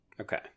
okay